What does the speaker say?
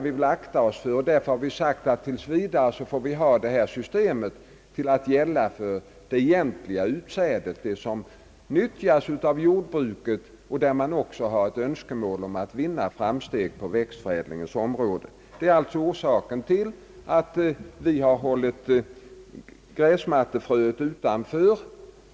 Vi bör akta oss för detta, och vi har därför sagt att detta system tills vidare skall gälla det egentliga utsädet, d. v. s. det som utnyttjas av jordbrukarna som också har önskemål om att vinna framsteg på växtförädlingens område. Det är alltså orsaken till att vi har hållit sådant här gräsfrö till små gräsmattor utanför.